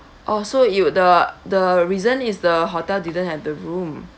orh so you the the reason is the hotel didn't have the room